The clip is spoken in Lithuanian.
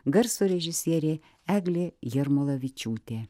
garso režisierė eglė jarmolavičiūtė